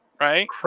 Right